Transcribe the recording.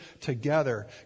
together